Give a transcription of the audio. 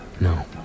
No